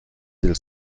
del